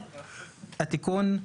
התיקון,